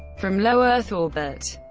from low earth orbit